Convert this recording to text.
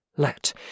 Let